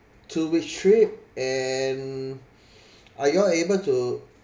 two weeks trip and are y'all able to